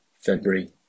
February